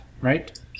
right